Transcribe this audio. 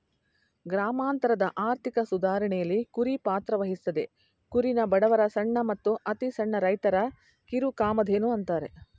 ಗ್ರಾಮಾಂತರದ ಆರ್ಥಿಕ ಸುಧಾರಣೆಲಿ ಕುರಿ ಪಾತ್ರವಹಿಸ್ತದೆ ಕುರಿನ ಬಡವರ ಸಣ್ಣ ಮತ್ತು ಅತಿಸಣ್ಣ ರೈತರ ಕಿರುಕಾಮಧೇನು ಅಂತಾರೆ